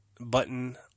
button